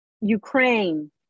Ukraine